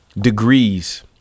degrees